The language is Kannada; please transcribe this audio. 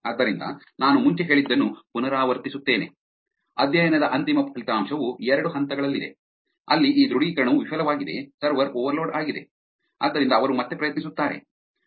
ಆದ್ದರಿಂದ ನಾನು ಮುಂಚೆ ಹೇಳಿದನ್ನು ಪುನರಾವರ್ತಿಸುತ್ತೇನೆ ಅಧ್ಯಯನದ ಅಂತಿಮ ಫಲಿತಾಂಶವು ಎರಡು ಹಂತಗಳಲ್ಲಿದೆ ಅಲ್ಲಿ ಈ ದೃಢೀಕರಣವು ವಿಫಲವಾಗಿದೆ ಸರ್ವರ್ ಓವರ್ಲೋಡ್ ಆಗಿದೆ ಆದ್ದರಿಂದ ಅವರು ಮತ್ತೆ ಪ್ರಯತ್ನಿಸುತ್ತಾರೆ